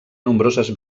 nombroses